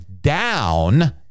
down